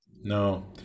No